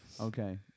Okay